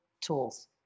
tools